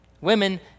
Women